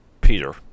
Peter